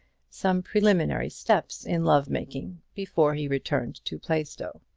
some preliminary steps in love-making before he returned to plaistow.